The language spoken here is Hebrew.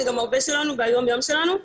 זה גם ההווה שלנו והיום יום שלנו.